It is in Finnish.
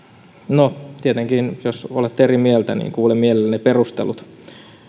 no tietenkin jos olette eri mieltä kuulen mielelläni perustelut